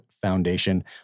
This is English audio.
Foundation